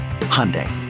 Hyundai